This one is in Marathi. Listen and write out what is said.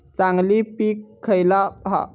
चांगली पीक खयला हा?